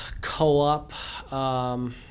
co-op